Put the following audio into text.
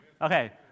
Okay